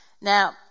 Now